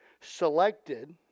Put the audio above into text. selected